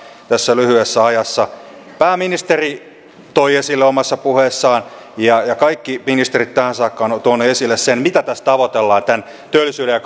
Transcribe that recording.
tässä lyhyessä ajassa pääministeri toi esille omassa puheessaan ja ja kaikki ministerit tähän saakka ovat tuoneet esille sen mitä tässä tavoitellaan tämän työllisyyden ja